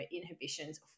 inhibitions